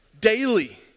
daily